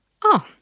Oh